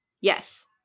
Yes